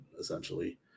essentially